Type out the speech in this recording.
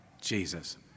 Jesus